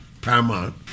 Paramount